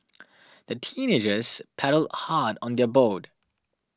the teenagers paddled hard on their boat